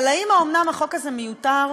אבל האומנם החוק הזה מיותר,